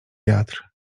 wiatr